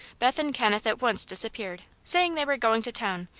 beth and kenneth at once disappeared, saying they were going to town,